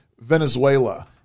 Venezuela